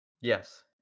Yes